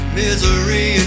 misery